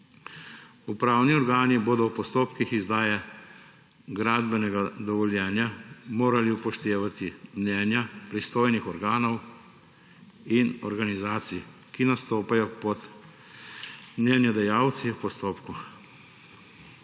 Upravni organi bodo v postopkih izdaje gradbenega dovoljenja morali upoštevati mnenja pristojnih organov in organizacij, ki nastopajo kot mnenjedajalci v postopku.